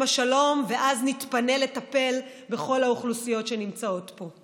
השלום ואז נתפנה לטפל בכל האוכלוסיות שנמצאות פה.